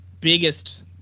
biggest